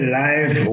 live